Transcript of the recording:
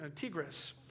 Tigris